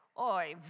Oi